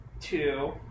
Two